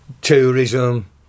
tourism